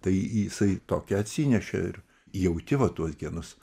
tai jisai tokią atsinešė ir jauti va tuos genus